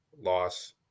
loss